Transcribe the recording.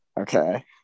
Okay